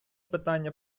питання